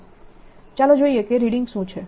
ચાલો જોઈએ કે રીડિંગ શું છે